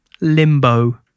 limbo